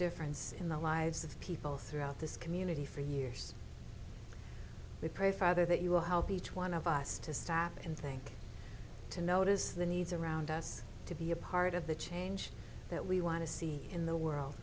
difference in the lives of people throughout this community for years we pray father that you will help each one of us to stop and think to notice the needs around us to be a part of the change that we want to see in the world